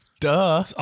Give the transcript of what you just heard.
Duh